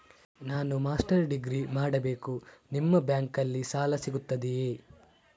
ನಾನು master degree ಮಾಡಬೇಕು, ನಿಮ್ಮ ಬ್ಯಾಂಕಲ್ಲಿ ಸಾಲ ಸಿಗುತ್ತದೆಯೇ?